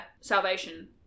Salvation